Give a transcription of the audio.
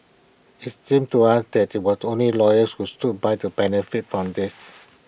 IT seems to us that IT was only the lawyers who stood by to benefit from this